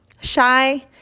shy